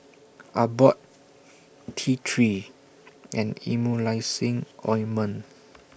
Abbott T three and Emulsying Ointment